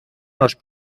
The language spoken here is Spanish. los